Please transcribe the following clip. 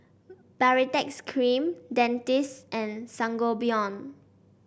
Baritex Cream Dentiste and Sangobion